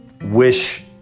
wish